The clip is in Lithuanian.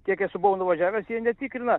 kiek esu buvau nuvažiavęs jie netikrina